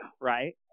right